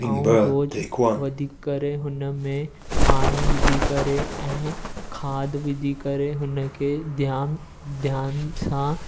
आउं रोज़ु वधीक करे हुनमें पाणी विझी करे ऐं खाद विझी करे हुनखे ध्यानु ध्यानु सां